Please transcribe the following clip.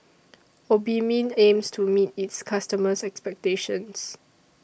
Obimin aims to meet its customers' expectations